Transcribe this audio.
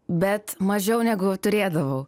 bet mažiau negu turėdavau